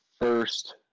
first